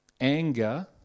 Anger